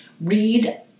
read